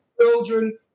children